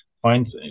find